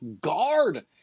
guard